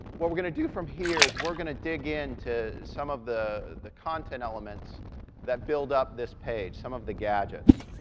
what we're going to do from here is we're going to dig in to some of the the content elements that build up this page, some of the gadgets.